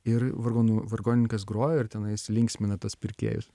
ir vargonų vargonininkas groja ir tenais linksmina tas pirkėjus